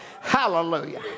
Hallelujah